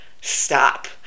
stop